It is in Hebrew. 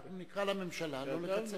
נקרא לממשלה לא לקצץ.